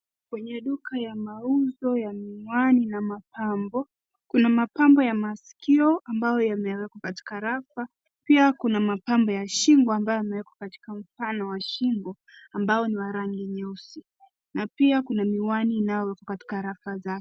Kwenye duka ya mauzo ya miwani na mapambo, kuna mapambo ya masikio ambayo yamewekwa katika rafa .Pia kuna mapambo ya shingo yaliyowekwa katika mfano wa shingo ambao ni wa rangi nyeusi na pia kuna miwani ambazo ziko katika rafa zake.